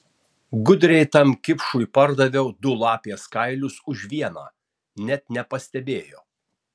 gudriai tam kipšui pardaviau du lapės kailius už vieną net nepastebėjo